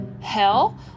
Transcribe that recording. hell